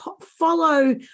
follow